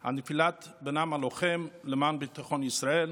על נפילת בנם הלוחם למען ביטחון ישראל,